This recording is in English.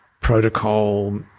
protocol